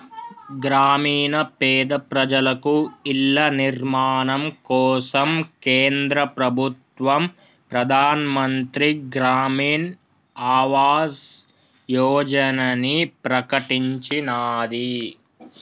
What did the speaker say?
గ్రామీణ పేద ప్రజలకు ఇళ్ల నిర్మాణం కోసం కేంద్ర ప్రభుత్వం ప్రధాన్ మంత్రి గ్రామీన్ ఆవాస్ యోజనని ప్రకటించినాది